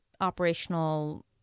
operational